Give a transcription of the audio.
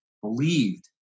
believed